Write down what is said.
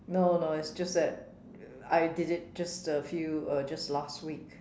no no it's just that I did it just a few uh just last week